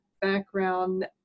background